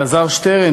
אלעזר שטרן,